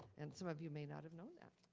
and some of you may not have known that.